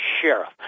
Sheriff